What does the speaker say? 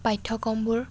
পাঠ্যক্ৰমবোৰ